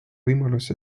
võimalus